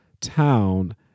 town